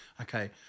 okay